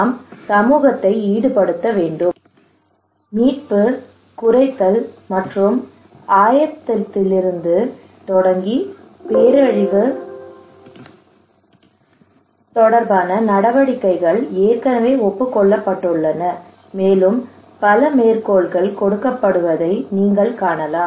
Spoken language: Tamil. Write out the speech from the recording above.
நாம் சமூகத்தை ஈடுபடுத்த வேண்டும் மீட்பு குறைத்தல் மற்றும் ஆயத்தத்திலிருந்து தொடங்கி பேரழிவு தொடர்பான நடவடிக்கைகள் ஏற்கனவே ஒப்புக் கொள்ளப்பட்டுள்ளன மேலும் பல மேற்கோள்கள் கொடுக்கப்படுவதை நீங்கள் காணலாம்